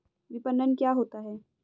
विपणन क्या होता है?